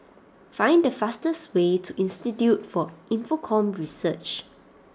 find the fastest way to Institute for Infocomm Research